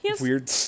weird